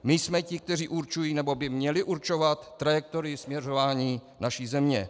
My jsme ti, kteří určují, nebo by měli určovat trajektorii směřování naší země.